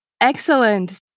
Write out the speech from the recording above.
Excellent